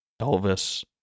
Elvis